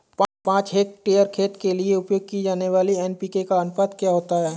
पाँच हेक्टेयर खेत के लिए उपयोग की जाने वाली एन.पी.के का अनुपात क्या होता है?